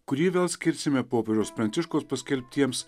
kurį vėl skirsime popiežiaus pranciškaus paskelbtiems